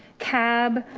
cab,